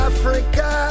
Africa